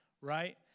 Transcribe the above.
right